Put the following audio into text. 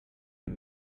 der